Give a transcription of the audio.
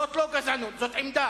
זאת לא גזענות, זאת עמדה.